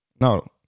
No